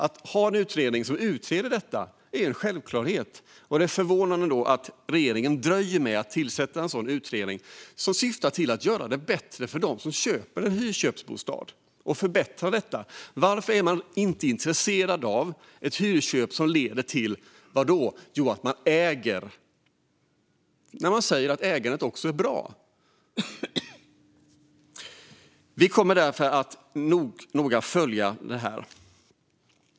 Att utreda detta är en självklarhet, och det förvånar mig att regeringen dröjer med att tillsätta en sådan utredning, som syftar till att göra det bättre för dem som köper en hyrköpsbostad. Varför är man inte intresserad av ett hyrköp som leder till att man äger? Man säger ju att ägandet är bra. Vi kommer därför att noga följa det här.